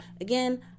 Again